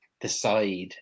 decide